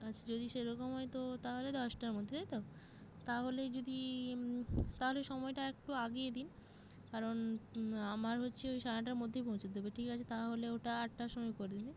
আচ্ছা যদি সেরকম হয় তো তাহলে দশটার মধ্যে তাই তো তাহলে যদি তাহলে সময়টা আর একটু আগিয়ে দিন কারণ আমার হচ্ছে ওই সাড়ে নটার মধ্যেই পৌঁছাতে হবে ঠিক আছে তাহলে ওটা আটটা সময় করে দেবে